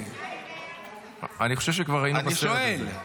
אני חושב שכבר היינו בסרט הזה.